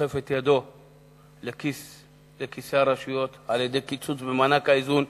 דוחף את ידו לכיסי הרשויות על-ידי קיצוץ במענק האיזון,